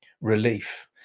relief